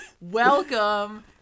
Welcome